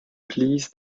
please